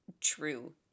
true